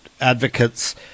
advocates